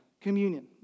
communion